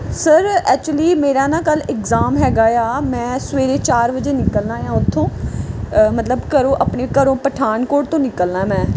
sir actually ਮੇਰਾ ਨਾ ਕੱਲ ਇਗਜ਼ਾਮ ਹੈਗਾ ਆ ਮੈਂ ਸਵੇਰੇ ਚਾਰ ਵਜੇ ਨਿਕਲਣਾ ਆ ਉੱਥੋਂ ਮਤਲਬ ਘਰੋਂ ਆਪਣੇ ਘਰੋਂ ਪਠਾਨਕੋਟ ਤੋਂ ਨਿਕਲਣਾ ਮੈਂ